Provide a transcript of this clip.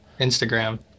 Instagram